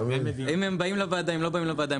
אם הם באים לוועדה או לא באים לוועדה,